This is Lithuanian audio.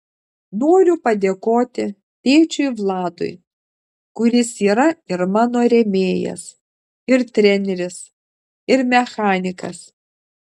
noriu padėkoti tėčiui vladui kuris yra ir mano rėmėjas ir treneris ir mechanikas